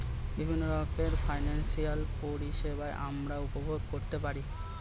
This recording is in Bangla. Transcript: বিভিন্ন রকমের ফিনান্সিয়াল পরিষেবা আমরা উপভোগ করতে পারি